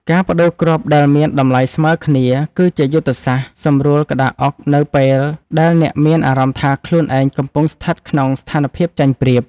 ការប្តូរគ្រាប់ដែលមានតម្លៃស្មើគ្នាគឺជាយុទ្ធសាស្ត្រសម្រួលក្តារអុកនៅពេលដែលអ្នកមានអារម្មណ៍ថាខ្លួនឯងកំពុងស្ថិតក្នុងស្ថានភាពចាញ់ប្រៀប។